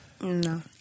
no